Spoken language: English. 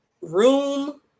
room